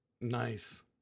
Nice